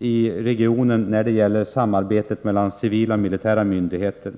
i regionen och när det gäller samarbetet mellan civila och militära myndigheter.